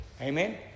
Amen